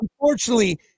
Unfortunately